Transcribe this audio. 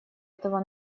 этого